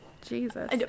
Jesus